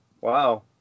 Wow